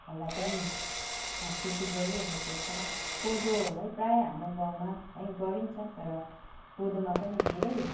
लाई पनि खेती गरिरहेको छ कोदो है प्रायः हाम्रो गाउँमा है गरिन्छ तर कोदोमा पनि धेरै